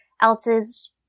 else's